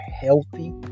healthy